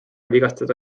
vigastada